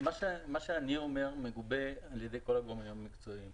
מה שאני אומר מגובה על ידי כל הגורמים המקצועיים,